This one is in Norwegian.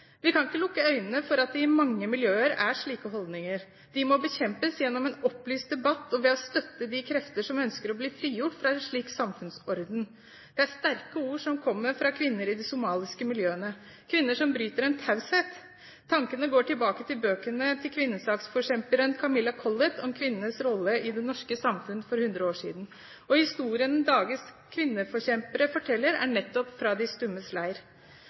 Vi kan ikke lukke øynene for at det i mange miljøer er slike holdninger. De må bekjempes gjennom en opplyst debatt og ved å støtte de krefter som ønsker å bli frigjort fra en slik samfunnsorden. Det er sterke ord som kommer fra kvinner i de somaliske miljøene – kvinner som bryter en taushet. Tankene går tilbake til bøkene til kvinnesaksforkjemperen Camilla Collett om kvinnenes rolle i det norske samfunnet for over 100 år siden. Historiene dagens kvinneforkjempere forteller, er nettopp «Fra de Stummes Leir».